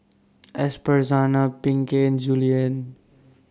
Esperanza Pinkey and Julien